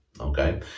okay